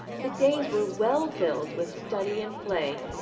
the days were well filled with study and play.